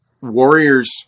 warriors